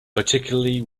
particularly